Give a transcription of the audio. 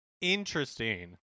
Interesting